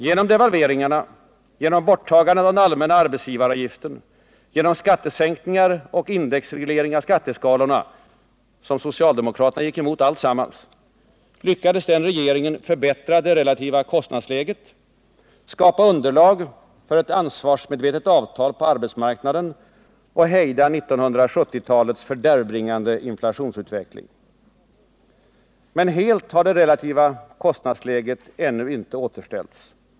Genom devalveringarna, genom borttagandet av den allmänna arbetsgivaravgiften, genom skattesänkningar och indexreglering av skatteskalorna — vilket allt socialdemokraterna gick emot — lyckades vi förbättra det relativa kostnadsläget, skapa underlag för ett ansvarsmedvetet avtal på arbetsmarknaden och hejda 1970-talets fördärvbringande inflationsutveckling. Men helt har det relativa kostnadsläget ännu inte återställts.